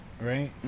right